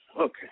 Okay